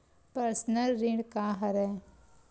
Personal ऋण का हरय?